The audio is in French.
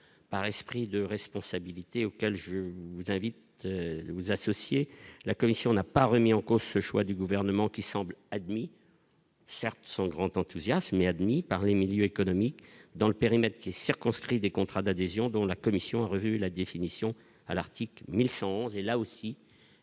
par esprit de responsabilité auquel je vous invite vous associer la commission n'a pas remis en cause ce choix du gouvernement qui semble admis. Certes, sans grand enthousiasme et admis par les milieux économiques dans le périmètre qui est circonscrit, des contrats d'adhésions dont la commission a revu la définition à l'article 1100 et là aussi,